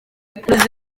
umuhanuzi